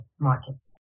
markets